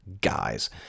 guys